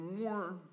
more